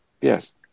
yes